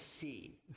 see